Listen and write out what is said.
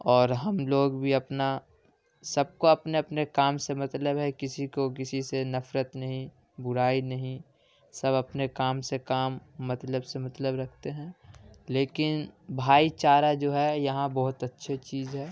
اور ہم لوگ بھی اپنا سب کو اپنے اپنے کام سے مطلب ہے کسی کو کسی سے نفرت نہیں برائی نہیں سب اپنے کام سے کام مطلب سے مطلب رکھتے ہیں لیکن بھائی چارہ جو ہے یہاں بہت اچھی چیز ہے